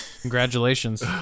Congratulations